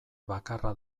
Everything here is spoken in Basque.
bakarra